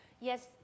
Yes